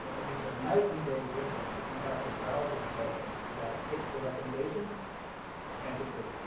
you know it makes a night and day difference if you have the browser plug-ins that take the recommendations and get rid of